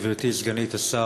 גברתי סגנית השר,